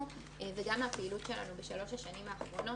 וגם מהפעילות שלנו בשלוש השנים האחרונות,